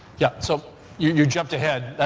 yeah so you jumped ahead.